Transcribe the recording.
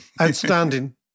outstanding